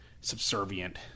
subservient